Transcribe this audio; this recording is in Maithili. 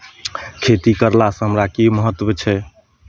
खेती करलासँ हमरा की महत्व छै